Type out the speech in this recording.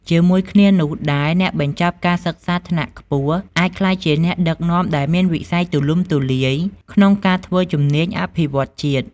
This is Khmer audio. ជាមួយគ្នានោះដែរ អ្នកបញ្ចប់ការសិក្សាថ្នាក់ខ្ពស់អាចក្លាយជាអ្នកដឹកនាំដែលមានវិស័យទូលំទូលាយក្នុងការធ្វើជំនាញអភិវឌ្ឍជាតិ។